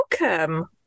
welcome